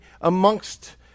amongst